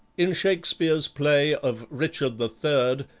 in shakspeare's play of richard the third,